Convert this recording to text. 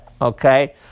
Okay